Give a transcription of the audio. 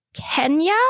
Kenya